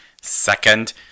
Second